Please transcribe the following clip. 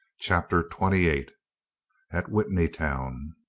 chapter twenty-eight at witney town